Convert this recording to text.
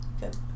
good